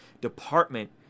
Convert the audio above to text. department